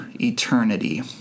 eternity